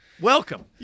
Welcome